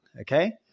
okay